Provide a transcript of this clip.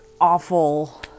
awful